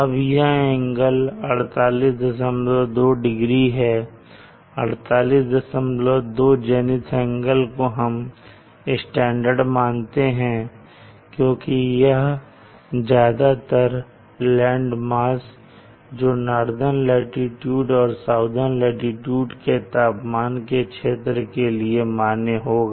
अब यह angle 482 degree है 482 जेनिथ एंगल को हम स्टैंडर्ड मानते हैं क्योंकि यह ज्यादातर लैंड मास जो नार्दन लाटीट्यूड और साउदर्न लाटीट्यूड के तापमान क्षेत्र के लिए मान्य होगा